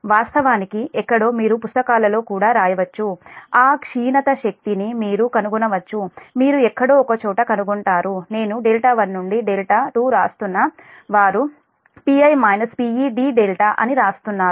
వాస్తవానికి ఎక్కడో మీరు పుస్తకాలలో కూడా వ్రాయవచ్చు ఆ క్షీణత శక్తి ని మీరు కనుగొనవచ్చు మీరు ఎక్కడో ఒకచోట కనుగొంటారు నేను δ1 నుండి δ2 వ్రాస్తున్న వారు d అని వ్రాస్తున్నారు